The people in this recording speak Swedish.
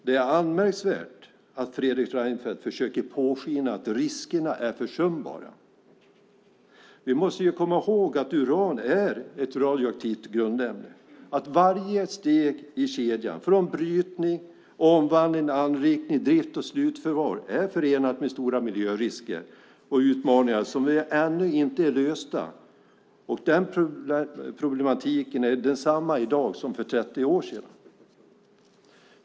Det är anmärkningsvärt att Fredrik Reinfeldt försöker påskina att riskerna är försumbara. Vi måste komma ihåg att uran är ett radioaktivt grundämne. Varje steg i kedjan - brytning, omvandling, anrikning, drift och slutförvar - är förenat med stora miljörisker och utmaningar som ännu inte är lösta. Den problematiken är densamma i dag som för 30 år sedan.